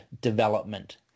development